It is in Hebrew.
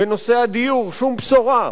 בנושא הדיור שום בשורה,